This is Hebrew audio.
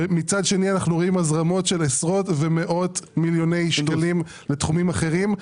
מצד שני אנו רואים הזרמות של עשרות ומאות מיליוני שקלים לתחומים אחרים.